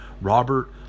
Robert